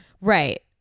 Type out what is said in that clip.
Right